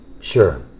Sure